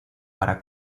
para